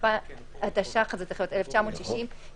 התש"ח 1960‏ ,